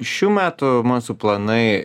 šių metų mūsų planai